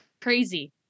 crazy